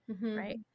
Right